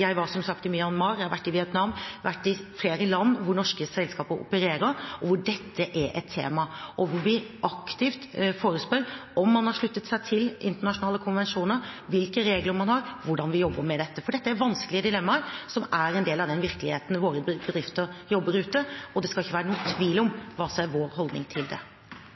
Jeg var, som sagt, i Myanmar. Jeg har vært i Vietnam og i flere land hvor norske selskaper opererer, hvor dette er et tema, og hvor vi aktivt forespør om man har sluttet seg til internasjonale konvensjoner, hvilke regler man har, hvordan man jobber med dette. Dette er vanskelige dilemmaer – som er en del av virkeligheten – som våre bedrifter ute jobber med, og det skal ikke være noen tvil om hva som er vår holdning til